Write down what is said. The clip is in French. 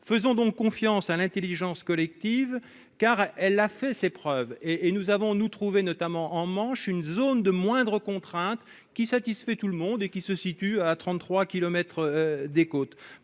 faisons donc confiance à l'Intelligence collective car elle a fait ses preuves et et nous avons-nous trouver notamment en Manche, une zone de moindres contraintes qui satisfait tout le monde et qui se situe à 33 kilomètres des côtes,